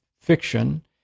fiction